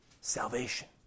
Salvation